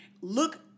look